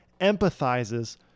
empathizes